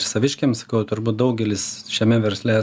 saviškiams turbūt daugelis šiame versle